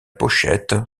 pochette